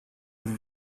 vous